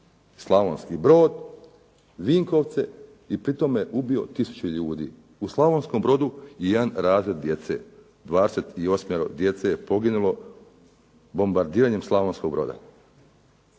Slavonski brod, Vinkovce i pri tome ubio tisuće ljudi? U Slavonskom brodu jedan razred djece, 28-ero djece je poginulo bombardiranjem Slavonskog broda.